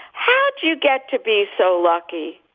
how do you get to be so lucky?